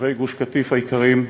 תושבי גוש-קטיף היקרים,